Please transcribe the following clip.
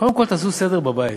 קודם כול תעשו סדר בבית.